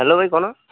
hello ଭାଇ କ'ଣ